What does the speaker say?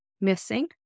missing